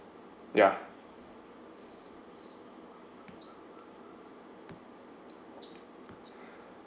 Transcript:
ya